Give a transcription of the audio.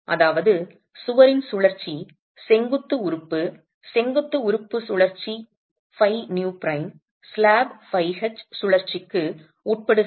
அதாவது சுவரின் சுழற்சி செங்குத்து உறுப்பு செங்குத்து உறுப்பு சுழற்சி φv ஸ்லாப் φh சுழற்சிக்கு உட்படுகிறது